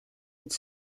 het